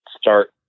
start